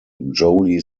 joli